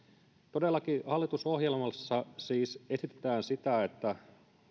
todellakin hallitusohjelmassa siis esitetään sitä että